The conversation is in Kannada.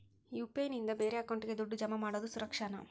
ಯು.ಪಿ.ಐ ನಿಂದ ಬೇರೆ ಅಕೌಂಟಿಗೆ ದುಡ್ಡು ಜಮಾ ಮಾಡೋದು ಸುರಕ್ಷಾನಾ?